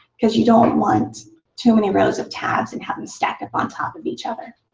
because you don't want too many rows of tabs and have them stack up on top of each other.